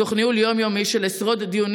תוך ניהול יום-יומי של עשרות דיונים